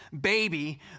baby